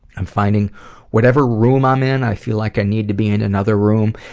i'm finding whatever room i'm in, i feel like i need to be in another room.